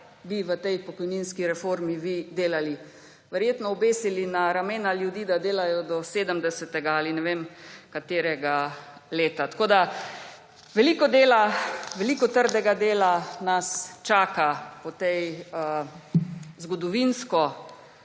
kaj bi v tej pokojninski reformi vi delali. Verjetno obesili na ramena ljudi, da delajo do 70. ali ne vem katerega leta. Tako da veliko dela, veliko trdega dela nas čaka po tej zgodovinsko